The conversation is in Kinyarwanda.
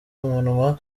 umunwa